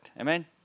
Amen